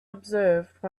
observed